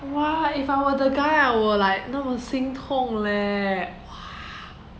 !wah! if I were the guy I will like 那么心痛 leh !wah!